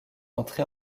entré